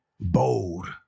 bold